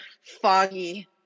foggy